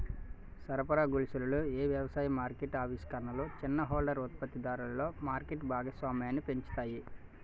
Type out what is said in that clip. సరఫరా గొలుసులలో ఏ వ్యవసాయ మార్కెట్ ఆవిష్కరణలు చిన్న హోల్డర్ ఉత్పత్తిదారులలో మార్కెట్ భాగస్వామ్యాన్ని పెంచుతాయి?